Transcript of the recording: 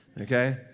Okay